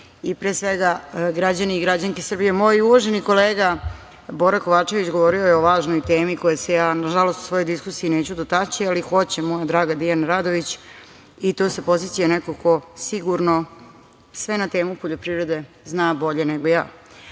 i, pre svega, građani i građanke Srbije, moj uvaženi kolega Bora Kovačević govorio je o važnoj temi, koje se ja, nažalost, u svojoj diskusiji neću dotaći, ali hoće moja draga Dijana Radović, i to sa pozicije nekog ko sigurno sve na temu poljoprivrede zna bolje nego